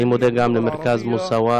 אני מודה גם למרכז מוסאוא,